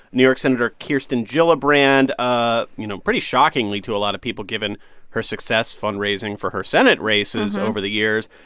new york senator kirsten gillibrand, ah you know, pretty shockingly to a lot of people, given her success fundraising for her senate races over the years,